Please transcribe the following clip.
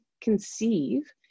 conceive